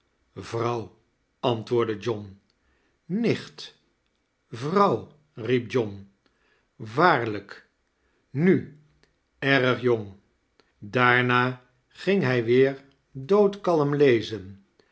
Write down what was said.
antwoordde john nicht vrouw riep john waarldjk nu erg jong daarna ging hij weer doodkalm lezen